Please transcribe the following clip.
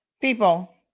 People